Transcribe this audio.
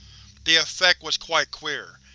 the effect was quite queer,